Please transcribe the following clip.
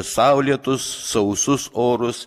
saulėtus sausus orus